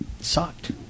sucked